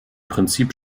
prinzip